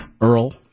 Earl